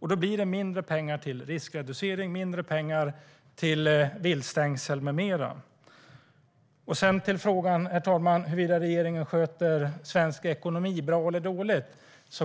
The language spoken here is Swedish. Då blir det mindre pengar till riskreducering, mindre pengar till viltstängsel med mera. När det gäller frågan, herr talman, huruvida regeringen sköter svensk ekonomi bra eller dåligt